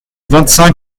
vingt